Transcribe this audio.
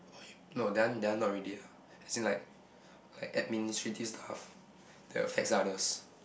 no that one that one not really lah as in like like administrative stuff that affects others